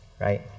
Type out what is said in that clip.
right